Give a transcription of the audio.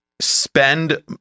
spend